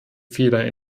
fehler